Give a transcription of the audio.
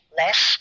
less